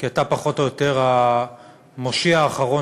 כי אתה פחות או יותר המושיע האחרון